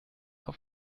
auf